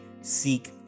seek